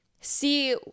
see